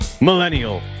Millennial